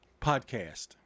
podcast